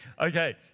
Okay